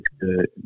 good